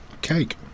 cake